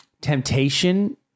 temptation